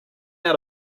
out